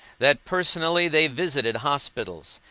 that personally they visited hospitals,